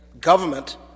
government